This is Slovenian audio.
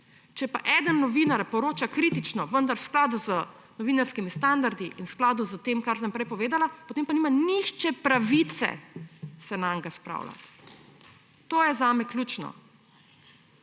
Če pa en novinar poroča kritično, vendar v skladu z novinarskimi standardi in v skladu s tem, kar sem prej povedala, pa se nima nihče pravice nanj spravljati. To je zame ključno.